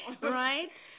right